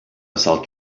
salt